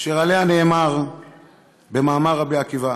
אשר עליה נאמר במאמר רבי עקיבא: